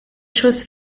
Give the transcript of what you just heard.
chose